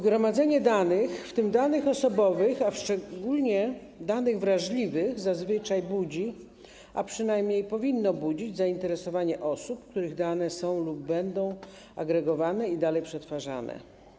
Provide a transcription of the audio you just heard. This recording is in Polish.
Gromadzenie danych, w tym danych osobowych, a szczególnie danych wrażliwych, zazwyczaj budzi, a przynajmniej powinno budzić, zainteresowanie osób, których dane są lub będą agregowane i dalej przetwarzane.